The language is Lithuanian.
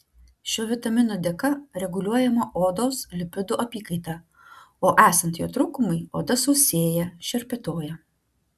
šio vitamino dėka reguliuojama odos lipidų apykaita o esant jo trūkumui oda sausėja šerpetoja